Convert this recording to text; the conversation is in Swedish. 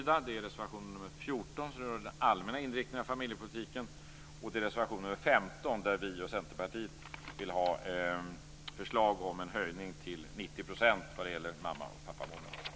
Det gäller reservation nr 14, som rör den allmänna inriktningen av familjepolitiken, och reservation nr 15, där vi och Centerpartiet vill ha ett förslag om en höjning till 90 % när det gäller mamma och pappamånaden.